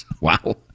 Wow